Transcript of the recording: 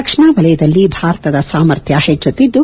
ರಕ್ಷಣಾ ವಲಯದಲ್ಲಿ ಭಾರತದ ಸಾಮರ್ಥ್ಯ ಹೆಚ್ಚುತ್ತಿದ್ದು